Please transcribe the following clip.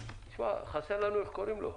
חסר לנו יותם אדמי.